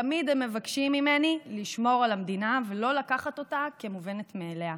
תמיד הם מבקשים ממני לשמור על המדינה ולא לקחת אותה כמובנת מאליה.